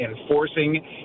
enforcing